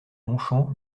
longchamp